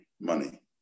money